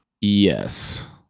Yes